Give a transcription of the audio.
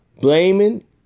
Blaming